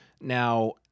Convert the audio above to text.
Now